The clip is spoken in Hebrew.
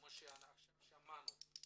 כפי ששמענו עכשיו.